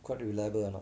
quite reliable or not